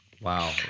Wow